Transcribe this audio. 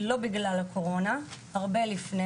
זה לא קרה בגלל הקורונה אלא זה התחיל הרבה לפני,